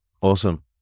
Awesome